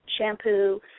shampoo